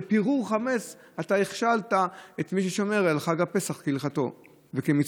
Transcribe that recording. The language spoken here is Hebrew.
בפירור חמץ אתה הכשלת את מי ששומר על חג הפסח כהלכתו וכמצוותו.